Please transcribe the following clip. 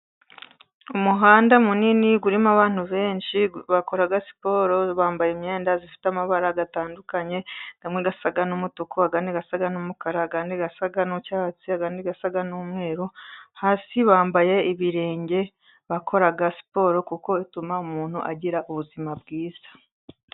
Umuhanda munini urimo abantu benshi, bakora siporo bambaye imyenda ifite amabara atandukanye, amwe asa n'umutuku, ayandi asa n'umukara, ayandi asa n'icyatsi, ayandi asa n'umweru, hasi bambaye ibirenge, bakora aga siporo kuko ituma umuntu agira ubuzima bwiza.